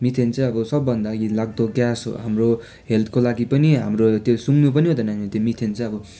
methane चाहिँ अब सबभन्दा घिन लाग्दो ग्यास हो हाम्रो हेल्थको लागि पनि हाम्रो त्यो सुँग्नु पनि हुँदैन त्यो मिथेन चाहिँ अब त्यो